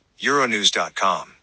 euronews.com